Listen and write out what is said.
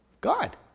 God